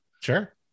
sure